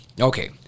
Okay